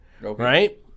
Right